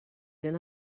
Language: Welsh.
gallu